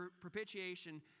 propitiation